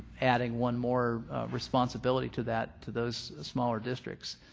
adding one more responsibility to that to those smaller districts.